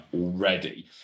already